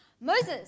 Moses